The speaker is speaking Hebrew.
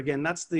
שהם